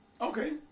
Okay